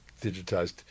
digitized